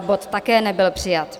Bod také nebyl přijat.